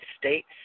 States